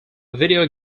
video